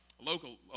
local